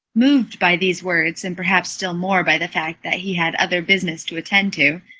moved by these words, and perhaps still more by the fact that he had other business to attend to,